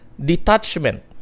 detachment